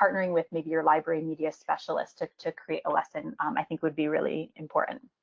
partnering with maybe your library media specialist ah to create a lesson um i think would be really important.